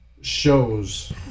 shows